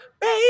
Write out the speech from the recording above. baby